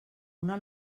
una